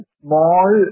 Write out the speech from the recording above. small